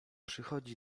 przychodzi